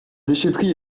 déchèterie